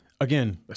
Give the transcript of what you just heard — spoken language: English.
Again